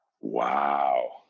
Wow